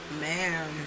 Man